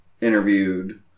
interviewed